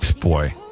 Boy